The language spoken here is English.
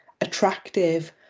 attractive